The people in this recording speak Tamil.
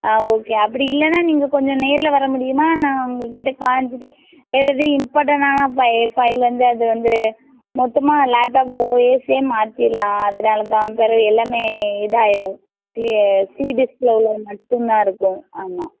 ஆ ஓகே அப்படி இல்லைனா நீங்கள் கொஞ்சம் நேரில் வரமுடியுமா நான் உங்கள் கிட்டே காமிச்சுட்டு வேறு எதுவும் இம்பார்ட்டனான பை ஃபைல்லிருந்து அது வந்து மொத்தமாக லேப்டாப் ஓஎஸ்ஸே மாற்றிரலாம் அதனாலதான் பிறவு எல்லாமே இதாகிரும் கிளீய சி டிஸ்க்கில் உள்ளது மட்டும்தான் இருக்கும் ஆமாம்